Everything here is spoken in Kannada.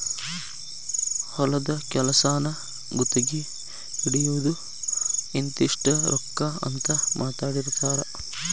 ಹೊಲದ ಕೆಲಸಾನ ಗುತಗಿ ಹಿಡಿಯುದು ಇಂತಿಷ್ಟ ರೊಕ್ಕಾ ಅಂತ ಮಾತಾಡಿರತಾರ